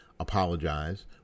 apologize